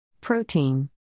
Protein